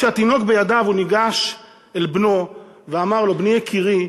כשהתינוק בידיו הוא ניגש אל בנו ואמר לו: בני יקירי,